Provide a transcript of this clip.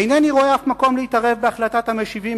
אינני רואה אף מקום להתערב בהחלטת המשיבים